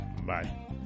Bye